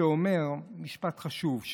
שאומר משפט חשוב,